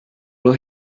will